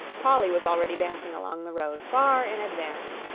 polly was already dancing along the road, far in advance,